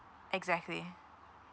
exactly